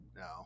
No